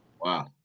wow